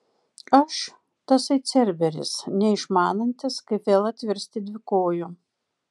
aš tasai cerberis neišmanantis kaip vėl atvirsti dvikoju